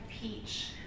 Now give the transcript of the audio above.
peach